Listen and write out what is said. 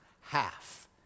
half